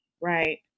right